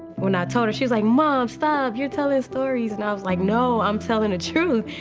when i told her, she was, like, mom, stop, you're telling stories. and i was, like, no, i'm telling the truth.